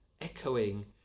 echoing